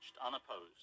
unopposed